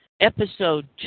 Episode